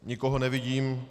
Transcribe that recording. Nikoho nevidím.